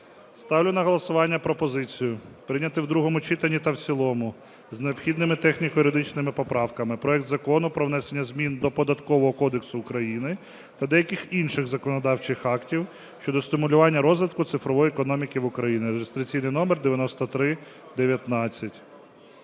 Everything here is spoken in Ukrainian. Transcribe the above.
Ставлю на голосування пропозицію, прийняти в другому читанні та в цілому з необхідними техніко-юридичними поправками проект Закону про внесення змін до Податкового кодексу України та деяких інших законодавчих актів щодо стимулювання розвитку цифрової економіки в Україні (реєстраційний номер 9319).